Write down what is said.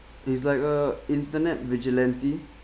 it's like a internet vigilante